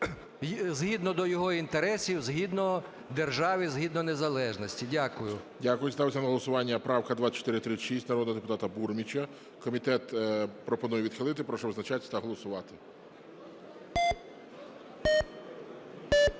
згідно до його інтересів, згідно державі, згідно незалежності. Дякую. ГОЛОВУЮЧИЙ. Дякую. Ставлю на голосування правку 2436 народного депутата Бурміча. Комітет пропонує відхилити. Прошу визначатись та голосувати. 13:01:11